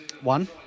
One